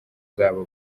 zabo